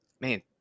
Man